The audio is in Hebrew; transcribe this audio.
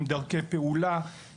עם דרכי פעולה,